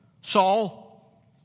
Saul